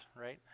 right